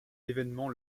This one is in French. l’événement